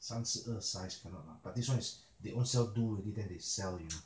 三十二 size cannot lah but this [one] is they own self do already then they sell you know